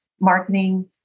marketing